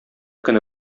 көне